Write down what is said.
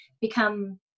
become